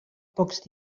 pocs